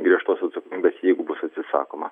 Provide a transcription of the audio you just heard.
griežtos atsakomybės jeigu bus atsisakoma